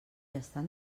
estan